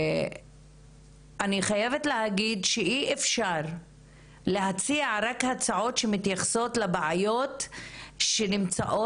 אני חייבת להגיד שאי אפשר להציע רק הצעות שמתייחסות לבעיות שנמצאות